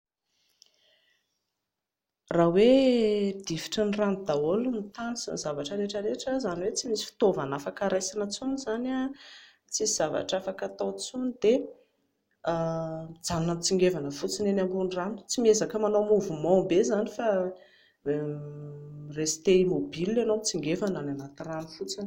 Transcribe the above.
Raha hoe difotry ny rano daholo ny tany sy ny zavatra rehetra rehetra izany hoe tsy misy fitaovana afaka raisina intsony izany, tsisy zavatra afaka hatao intsony dia mijanona mitsingevana fotsiny eny ambony rano, tsy miezaka manao mouvement be izany fa mi-rester immobile ianao, mitsingevana any anaty rano fotsiny